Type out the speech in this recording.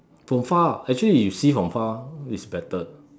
from far actually you see from far it's better